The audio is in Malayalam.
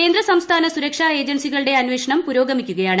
കേന്ദ്ര സംസ്ഥാന സുരക്ഷാർ ഏജൻസികളുടെ അന്വേഷണം പുരോഗമിക്കുകയാണ്